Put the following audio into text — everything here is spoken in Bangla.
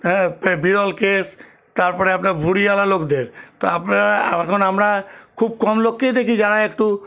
হ্যাঁ বিরল কেস তারপরে আপনার ভুঁড়িওয়ালা লোকদের তো আপনারা এখন আমরা খুব কম লোককেই দেখি যারা একটু